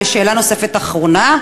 ושאלה נוספת, אחרונה,